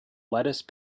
lettuce